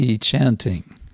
chanting